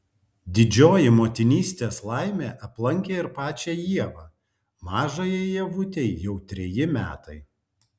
didžioji motinystės laimė aplankė ir pačią ievą mažajai ievutei jau treji metai